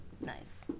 Nice